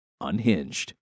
unhinged